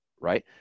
right